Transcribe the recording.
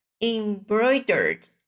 embroidered